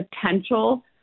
potential